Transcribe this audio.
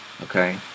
okay